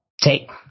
take